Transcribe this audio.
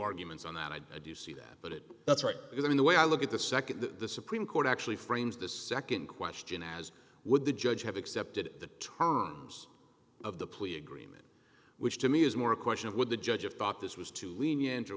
arguments on that i do see that but it that's right because i mean the way i look at the nd the supreme court actually frames the nd question as would the judge have accepted the terms of the plea agreement which to me is more a question of would the judge of thought this was too lenient or